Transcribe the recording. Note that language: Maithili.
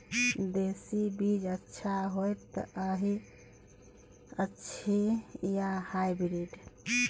देसी बीज अच्छा होयत अछि या हाइब्रिड?